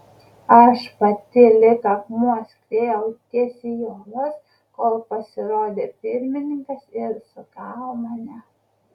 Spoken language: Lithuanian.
aš pati lyg akmuo skriejau tiesiai į uolas kol pasirodė pirmininkas ir sugavo mane